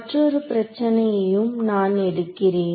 மற்றொரு பிரச்சனையையும் நான் எடுக்கிறேன்